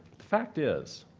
the fact is,